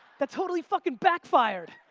that totally fucking backfired.